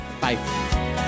bye